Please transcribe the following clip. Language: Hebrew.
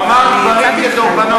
מיקי, הוא אמר דברים כדרבונות.